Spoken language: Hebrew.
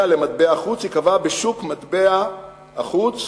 למטבע חוץ ייקבע בשוק מטבע החוץ,